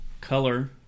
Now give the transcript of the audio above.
color